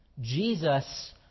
Jesus